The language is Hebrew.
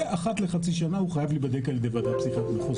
ואחת לחצי שנה הוא חייב להיבדק על ידי ועדה מחוזית.